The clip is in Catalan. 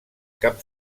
cap